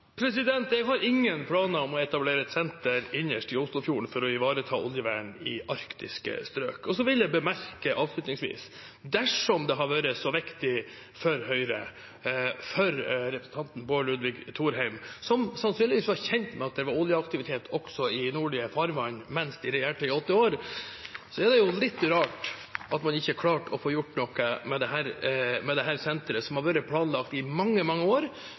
Jeg har ingen planer om å etablere et senter innerst i Oslofjorden for å ivareta oljevern i arktiske strøk. Og så vil jeg bemerke avslutningsvis: Dersom dette hadde vært så viktig for Høyre og for representanten Bård Ludvig Thorheim, som sannsynligvis var kjent med at det var oljeaktivitet også i nordlige farvann da de regjerte, i åtte år, er det jo litt rart at man ikke klarte å få gjort noe med dette senteret – som har vært planlagt i mange, mange år